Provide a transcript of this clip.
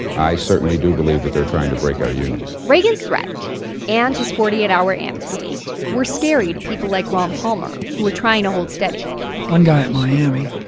i certainly do believe that they're trying to break our union reagan's threat and his forty eight hour amnesty were scary to people like ron palmer, who were trying to hold steady one guy at miami,